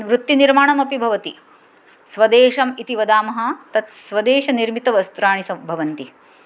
वृत्तिनिर्माणमपि भवति स्वदेशम् इति वदामः तत् स्वदेशनिर्मितवस्त्राणि स भवन्ति